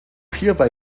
hierbei